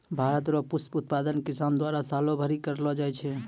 भारत रो पुष्प उत्पादन किसान द्वारा सालो भरी करलो जाय छै